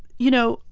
you know,